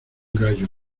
gallo